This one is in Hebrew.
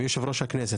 עם יושב-ראש הכנסת,